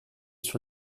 sur